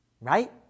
right